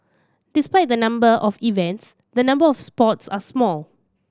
despite the number of events the number of sports are small